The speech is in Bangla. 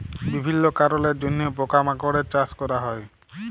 বিভিল্য কারলের জন্হে পকা মাকড়ের চাস ক্যরা হ্যয়ে